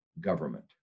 government